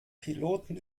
piloten